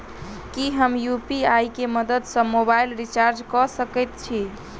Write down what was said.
की हम यु.पी.आई केँ मदद सँ मोबाइल रीचार्ज कऽ सकैत छी?